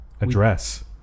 Address